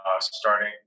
starting